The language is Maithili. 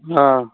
हँ